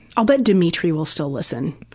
ah bet demetri will still listen.